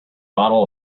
bottle